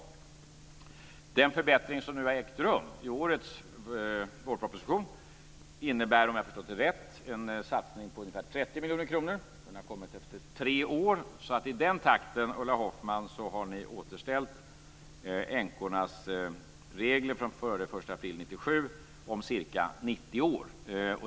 Den förbättring som har presenterats i årets vårproposition innebär, om jag har förstått det rätt, en satsning på ungefär 30 miljoner kronor. Den har kommit efter tre år. Med den takten, Ulla Hoffmann, har ni återställt änkornas regler från före den 1 april 1997 om ca 90 år.